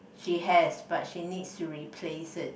she has but she needs to replace it